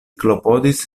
klopodis